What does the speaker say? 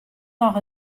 noch